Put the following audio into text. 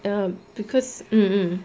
ya because mm mm